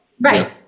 Right